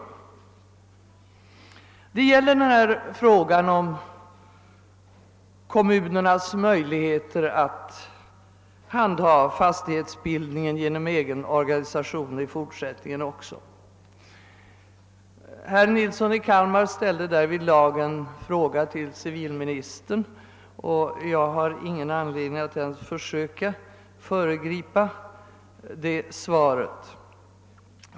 Det gäller bl.a. kommunernas möjligheter att också i fortsättningen handha fastighetsbildningen genom egen organisation. Herr Nilsson i Kalmar ställde därvidlag en fråga till civilministern, och jag har ingen anledning att ens försöka föregripa svaret.